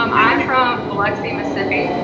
um i'm from biloxi, mississippi.